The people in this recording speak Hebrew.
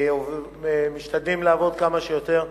משתדלים לעבוד כמה שיותר,